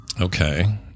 Okay